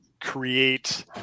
create